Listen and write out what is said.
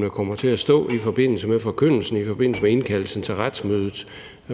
klart kommer til at stå i forbindelse med forkyndelsen, i forbindelse med indkaldelsen til retsmødet.